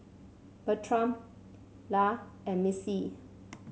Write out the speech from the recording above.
Bertram Illa and Missie